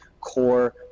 core